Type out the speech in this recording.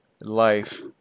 life